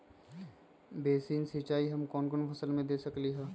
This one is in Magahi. बेसिन सिंचाई हम कौन कौन फसल में दे सकली हां?